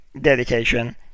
dedication